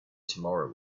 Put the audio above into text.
tomorrow